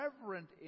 reverent